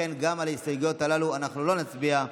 ולכן גם על ההסתייגויות הללו אנחנו לא נצביע.